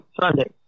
Sunday